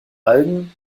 algen